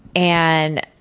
and,